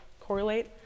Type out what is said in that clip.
correlate